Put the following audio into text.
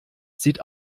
sieht